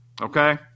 okay